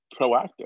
proactive